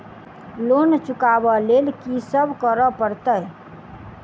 Loan चुका ब लैल की सब करऽ पड़तै?